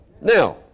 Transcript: Now